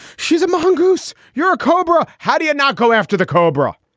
she's a mongoose. you're a cobra. how do you not go after the cobra?